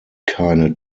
keine